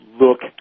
look